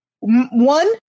one